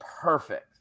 Perfect